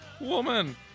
woman